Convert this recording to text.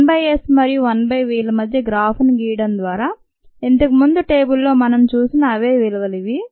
1 by s మరియు 1 by v మధ్య graph ని గీయడం ద్వారా ఇంతకు ముందు టేబుల్లో మనం చూసిన అవే విలువలు ఇవి